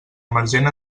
emergent